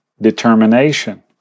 determination